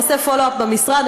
אני אעשה follow up במשרד,